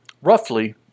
Roughly